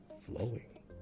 flowing